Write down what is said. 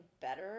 better